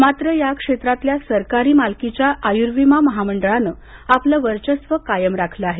मात्र या क्षेत्रातल्या सरकारी मालकीच्या आयुर्विमा महामंडळानं आपलं वर्चस्व कायम राखलं आहे